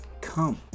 come